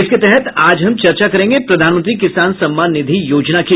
इसके तहत आज हम चर्चा करेंगे प्रधानमंत्री किसान सम्मान निधि योजना की